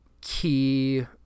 key